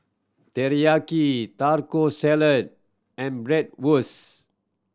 Teriyaki Taco Salad and Bratwurst